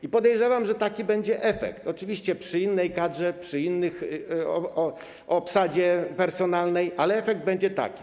I podejrzewam, że taki będzie efekt, oczywiście przy innej kadrze, przy innej obsadzie personalnej, ale efekt będzie taki.